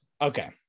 Okay